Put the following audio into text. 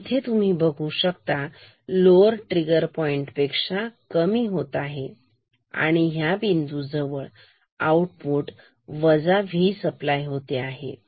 तर इथे तुम्ही बघू शकता लोअर ट्रिगर पॉईंट पेक्षा कमी होत आहे आणि ह्या बिंदूजवळ आउटपुट V सप्लाय होत आहे